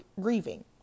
grieving